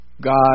God